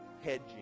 hedging